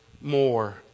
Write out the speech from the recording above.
more